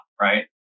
Right